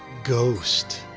ghost